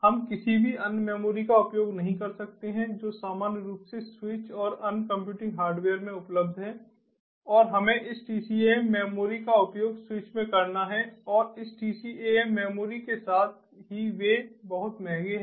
हम किसी भी अन्य मेमोरी का उपयोग नहीं कर सकते हैं जो सामान्य रूप से स्विच और अन्य कंप्यूटिंग हार्डवेयर में उपलब्ध हैं और हमें इस TCAM मेमोरी का उपयोग स्विच में करना है और इस TCAM मेमोरी के साथ ही वे बहुत महंगे हैं